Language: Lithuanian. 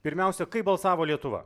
pirmiausia kaip balsavo lietuva